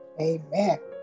Amen